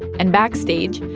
and backstage,